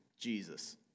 Jesus